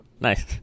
Nice